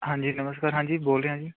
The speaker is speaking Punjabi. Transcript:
ਹਾਂਜੀ ਨਮਸਕਾਰ ਹਾਂਜੀ ਬੋਲ ਰਿਹਾਂ ਜੀ